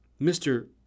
Mr